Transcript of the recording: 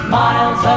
miles